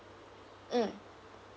mm